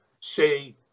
say